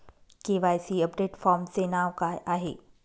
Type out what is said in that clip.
KYC update फॉर्मचे नाव काय आहे?